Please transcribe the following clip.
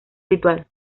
ritual